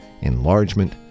enlargement